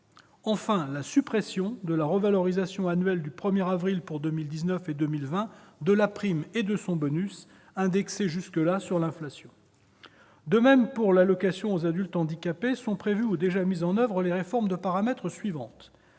décidé la suppression de la revalorisation annuelle du 1 avril pour 2019 et 2020 de la prime et de son bonus, indexées jusque-là sur l'inflation. De même, pour l'allocation aux adultes handicapés, l'AAH, sont prévues ou déjà mises en oeuvre les réformes de paramètre suivantes.